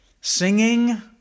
singing